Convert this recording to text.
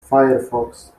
firefox